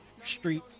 street